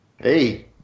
Hey